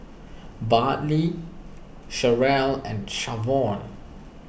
Bartley Sharyl and Shavon